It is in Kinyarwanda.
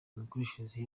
imikoreshereze